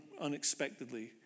unexpectedly